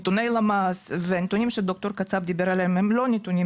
נתוני למ"ס והנתונים שד"ר קצפ דיבר עליהם הם לא נתונים